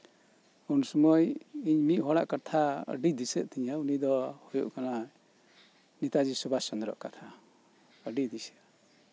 ᱩᱱ ᱥᱚᱢᱚᱭ ᱤᱧ ᱢᱤᱫ ᱦᱚᱲᱟᱜ ᱠᱟᱛᱷᱟ ᱟᱹᱰᱤ ᱫᱤᱥᱟᱹᱜ ᱛᱤᱧᱟᱹ ᱩᱱᱤᱫᱚ ᱦᱩᱭᱩᱜ ᱠᱟᱱᱟ ᱱᱮᱛᱟᱡᱤ ᱥᱩᱵᱷᱟᱥ ᱪᱚᱱᱫᱽᱨᱚ ᱟᱜ ᱠᱟᱛᱷᱟ ᱟᱹᱰᱤ ᱫᱤᱥᱟᱹᱜᱼᱟ